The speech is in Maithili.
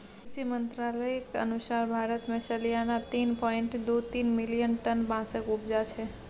कृषि मंत्रालयक अनुसार भारत मे सलियाना तीन पाँइट दु तीन मिलियन टन बाँसक उपजा छै